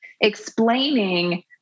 explaining